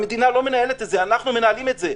המדינה לא מנהלת את זה, אנחנו מנהלים את זה.